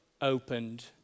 opened